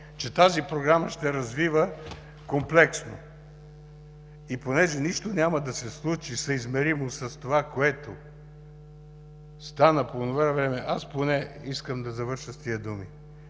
Че тази Програма ще развива комплексно. И понеже нищо няма да се случи – съизмеримо с това, което стана по онова време, искам да завърша с тези думи.